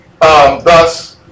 Thus